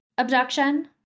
Abduction